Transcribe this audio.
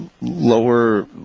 lower